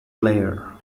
layer